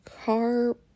car